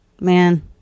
Man